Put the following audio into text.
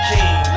King